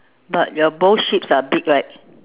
but your both sheeps are big right